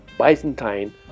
Byzantine